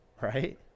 Right